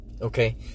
okay